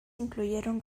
incluyeron